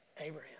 Abraham